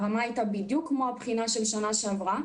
הרמה הייתה בדיוק כמו הבחינה של שנה שעבר,